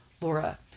Laura